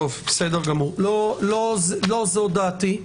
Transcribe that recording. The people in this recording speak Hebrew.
לא זו דעתי,